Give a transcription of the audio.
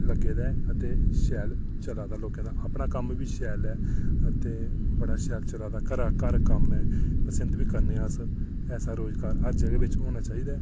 लग्गे दा ऐ ते शैल चलै दा ते लोकें दा अपना कम्म बी शैल ऐ ते बड़ा शैल चलै दा घरै दा घर कम्म ऐ पसंद बी करने अस ऐसा रोजगार हर जगह् च होना चाहिदा ऐ